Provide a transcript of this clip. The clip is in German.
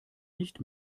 nicht